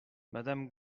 madame